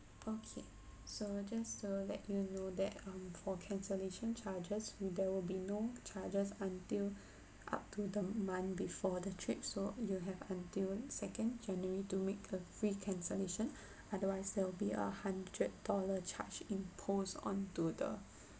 okay so just to let you know that um for cancellation charges there will be no charges until up to the month before the trip so you have until second january to make a free cancellation otherwise there will be a hundred dollar charge imposed on to the